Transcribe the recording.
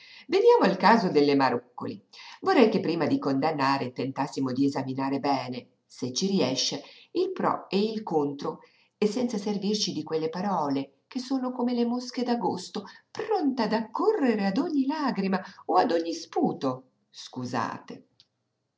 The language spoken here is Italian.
veniamo al caso delle marúccoli vorrei che prima di condannare tentassimo di esaminar bene se ci riesce il pro e il contro senza servirci di quelle parole che sono come le mosche d'agosto pronte ad accorrere a ogni lagrima o a ogni sputo